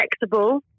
flexible